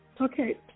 Okay